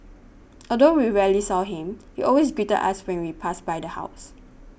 although we rarely saw him he always greeted us when we passed by the house